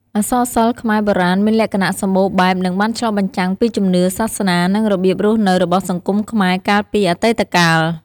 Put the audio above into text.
អក្សរសិល្ប៍ខ្មែរបុរាណមានលក្ខណៈសម្បូរបែប និងបានឆ្លុះបញ្ចាំងពីជំនឿ សាសនា និងរបៀបរស់នៅរបស់សង្គមខ្មែរកាលពីអតីតកាល។